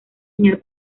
señal